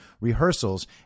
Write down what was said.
rehearsals